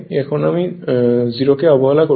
এখন আমি 0 কে অবহেলা করছি